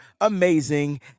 amazing